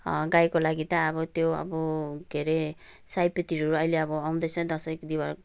गाईको लागि त अब त्यो अब के अरे सयपत्रीहरू अहिले अब आउँदैछ दसैँ